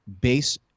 base